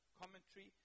commentary